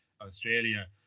Australia